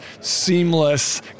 seamless